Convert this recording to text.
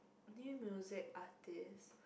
new music artist